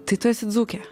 tai tu esi dzūkė